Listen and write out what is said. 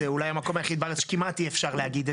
זה אולי המקום היחיד בארץ שכמעט אי אפשר להגיד את זה.